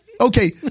Okay